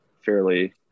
fairly